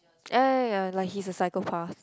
ya ya ya ya like he's a psychopath